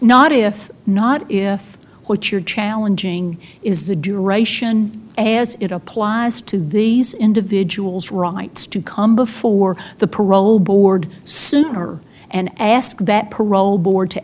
not if not if what you're challenging is the duration as it applies to these individual's rights to come before the parole board sooner and ask that parole board to